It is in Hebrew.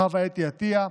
חוה אתי עטייה,